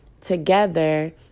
together